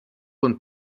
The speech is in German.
und